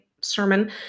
sermon